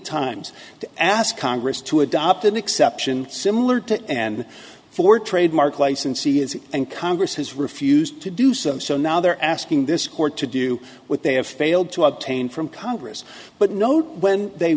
times to ask congress to adopt an exception similar to and for trademark licensee is and congress has refused to do so so now they're asking this court to do what they have failed to obtain from congress but note when they